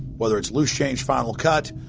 whether it's loose change final cut,